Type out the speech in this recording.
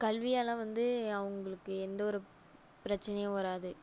கல்வியால் வந்து அவங்களுக்கு எந்த ஒரு பிரச்சனையும் வராது